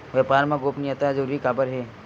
व्यापार मा गोपनीयता जरूरी काबर हे?